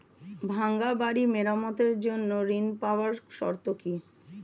ভাঙ্গা বাড়ি মেরামতের জন্য ঋণ পাওয়ার শর্ত কি?